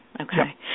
Okay